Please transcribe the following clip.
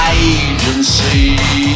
agency